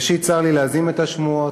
ראשית, צר לי להזים את השמועות: